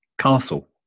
castle